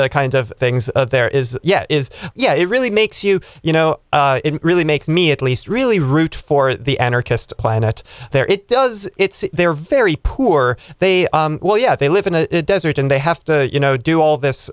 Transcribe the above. kind of things there is yet is yeah it really makes you you know really make me at least really root for the anarchist planet there it does it's they're very poor they well yeah they live in a desert and they have to you know do all this